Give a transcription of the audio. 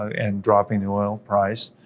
and dropping the oil price.